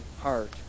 heart